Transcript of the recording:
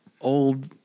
old